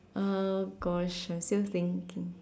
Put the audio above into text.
oh gosh I'm still thinking